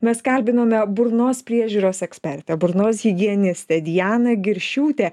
mes kalbinome burnos priežiūros ekspertę burnos higienistę dianą giršiutę